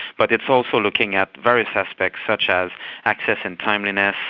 but it's also looking at various aspects such as access and timeliness,